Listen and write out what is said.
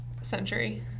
century